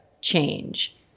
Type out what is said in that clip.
change